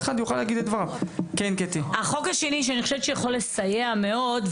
החוק השני שאני חושבת שיכול לסייע מאוד,